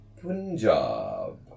Punjab